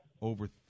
over